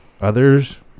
Others